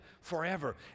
forever